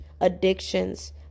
addictions